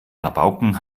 rabauken